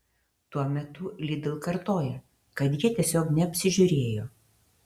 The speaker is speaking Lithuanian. tuo metu lidl kartoja kad jie tiesiog neapsižiūrėjo